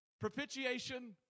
propitiation